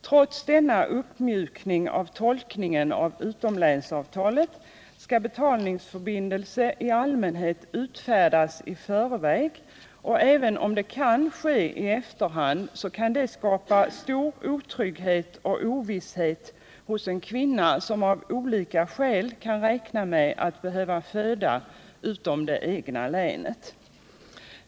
Trots denna uppmjukning av tolkningen av utomlänsavtalet skall betalningsförbindelse i allmänhet utfärdas i förväg — och även om det kan ske i efterhand, kan det skapa otrygghet och ovisshet hos en kvinna som av olika skäl kan räkna med att behöva föda utom det egna länet.